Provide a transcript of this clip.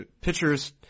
pitchers